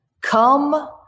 come